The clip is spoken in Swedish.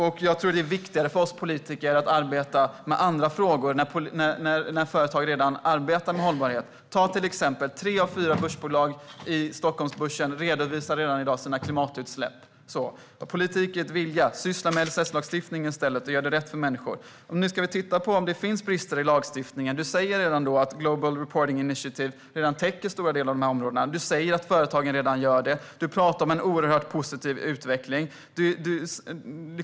Det är viktigare för oss politiker att arbeta med andra frågor när företag redan arbetar med hållbarhet. Till exempel redovisar redan i dag tre av fyra börsbolag på Stockholmsbörsen sina klimatutsläpp. Politik är att vilja. Syssla i stället med LSS-lagstiftningen och gör det rätt för människor. Nu ska vi titta på om det finns brister i lagstiftningen. Du säger att Global Reporting Initiative redan täcker stora delar av områdena. Du säger att företagen redan gör det. Du talar om en oerhört positiv utveckling.